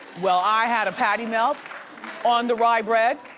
well, i had a patty melt on the rye bread,